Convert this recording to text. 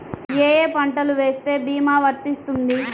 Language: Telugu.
ఏ ఏ పంటలు వేస్తే భీమా వర్తిస్తుంది?